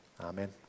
Amen